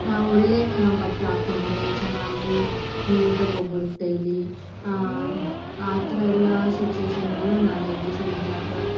ಒಳ್ಳೆಯ ಬಟ್ಟೆ ಹಾಕ್ಕೊಂಡು ಚೆನ್ನಾಗಿ ನೀಟಾಗಿ ಹೋಗ್ಬೇಕು ಡೈಲಿ ಆ ಥರ ಎಲ್ಲ ಸಿಚುಯೇಷನ್ನುಗಳ್ನು ನಾನು ಎದ್ರುಸಿದೀನಿ ಆ ಥರ